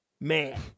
Man